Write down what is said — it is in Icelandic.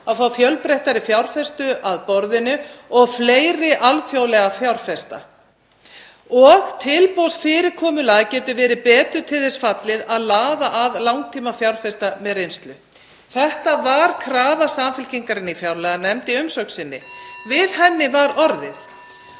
að fá fjölbreyttari fjárfesta að borðinu og fleiri alþjóðlega fjárfesta og tilboðsfyrirkomulag getur verið betur til þess fallið að laða að langtímafjárfesta með reynslu.“ Þetta var krafa Samfylkingarinnar í fjárlaganefnd í umsögn sinni. Við henni var orðið